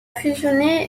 fusionné